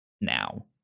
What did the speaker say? now